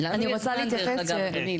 לנו יש זמן, דרך אגב, אדוני.